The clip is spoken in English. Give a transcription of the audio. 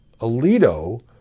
Alito